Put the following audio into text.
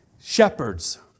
shepherds